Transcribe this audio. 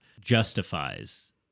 justifies